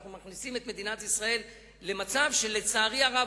אנחנו מכניסים את מדינת ישראל למצב שלצערי הרב